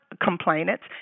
complainants